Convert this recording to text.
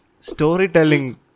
Storytelling